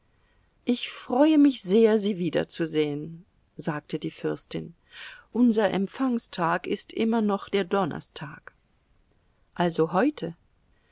ich freue mich sehr sie wiederzusehen sagte die fürstin unser empfangstag ist immer noch der donnerstag also heute